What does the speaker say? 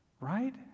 Right